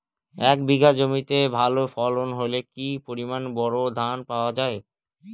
এক বিঘা জমিতে ভালো ফলন হলে কি পরিমাণ বোরো ধান পাওয়া যায়?